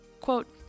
Quote